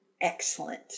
Excellent